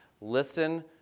Listen